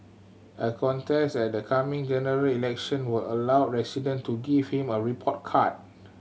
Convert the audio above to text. a contest at the coming General Election would allow resident to give him a report card